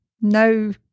no